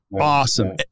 awesome